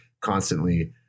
constantly